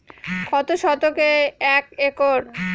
কত শতকে এক একর?